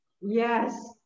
Yes